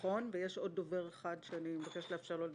נכון, ויש עוד דובר אחד שאני מבקשת לאפשר לו לדבר.